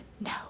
no